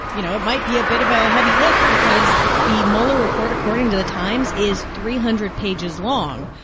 you know, it might be a bit of a heavy lift because the mueller report, according to the times, is three hundred pages long,